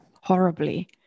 horribly